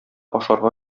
ашарга